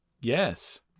Yes